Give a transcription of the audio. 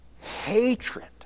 hatred